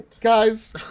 Guys